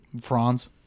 Franz